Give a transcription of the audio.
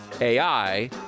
AI